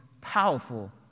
powerful